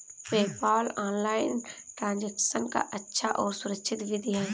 PayPal online transaction का अच्छा और सुरक्षित विधि है